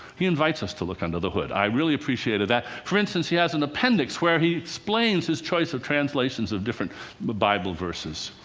he invites us to look under the hood. i really appreciated that. for instance, he has an appendix where he explains his choice of translations of different bible verses.